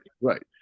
right